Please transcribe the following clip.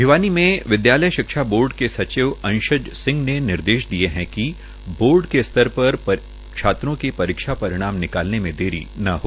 भिवानी में विद्यालय शिक्षा बोर्ड के सिचव अशंज सिंह ने निर्देश दिये है कि बोर्ड के स्तर पर छात्रों के परीक्षा परिणाम निकालने में देरी न हो